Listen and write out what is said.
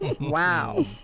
wow